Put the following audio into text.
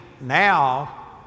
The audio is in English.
now